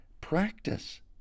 practice